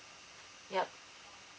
ya